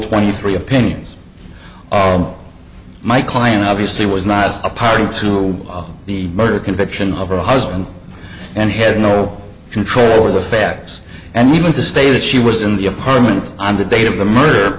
twenty three opinions my client obviously was not a party to the murder conviction of her husband and head no control over the facts and even to state that she was in the apartment on the day of the murder